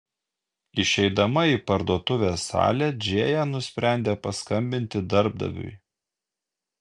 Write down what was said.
išeidama į parduotuvės salę džėja nusprendė paskambinti darbdaviui